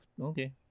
Okay